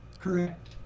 Correct